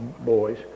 boys